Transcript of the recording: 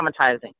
traumatizing